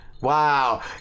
Wow